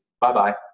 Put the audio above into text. Bye-bye